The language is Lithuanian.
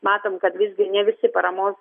matom kad visgi ne visi paramos